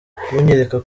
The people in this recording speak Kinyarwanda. kunyereka